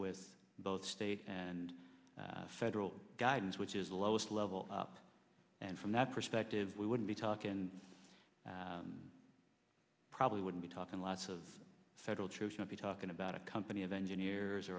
with both state and federal guidelines which is the lowest level up and from that perspective we would be talking and probably would be talking lots of federal troops not be talking about a company of engineers